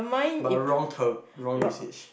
but wrong term wrong usage